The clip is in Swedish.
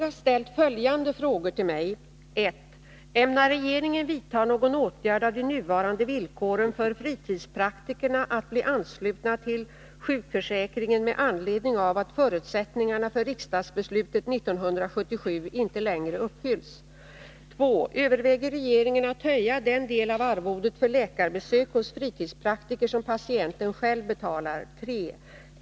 Herr talman! Doris Håvik har ställt följande frågor till mig. 2. Överväger regeringen att höja den del av arvodet för läkarbesök hos fritidspraktiker som patienten själv betalar? 3.